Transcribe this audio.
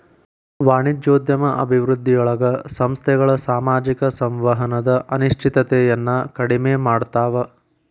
ವಾಣಿಜ್ಯೋದ್ಯಮ ಅಭಿವೃದ್ಧಿಯೊಳಗ ಸಂಸ್ಥೆಗಳ ಸಾಮಾಜಿಕ ಸಂವಹನದ ಅನಿಶ್ಚಿತತೆಯನ್ನ ಕಡಿಮೆ ಮಾಡ್ತವಾ